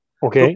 Ok